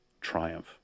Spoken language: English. triumph